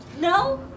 No